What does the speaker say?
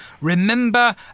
remember